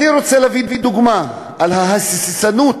אני רוצה להביא דוגמה של ההססנות